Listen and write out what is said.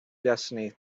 destiny